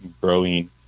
growing